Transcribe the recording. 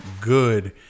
good